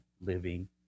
living